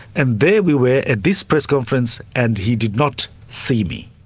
and there we were at this press conference and he did not see me.